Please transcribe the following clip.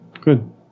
good